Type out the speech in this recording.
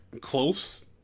close